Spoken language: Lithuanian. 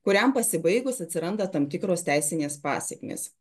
kuriam pasibaigus atsiranda tam tikros teisinės pasekmės